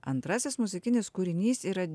antrasis muzikinis kūrinys yra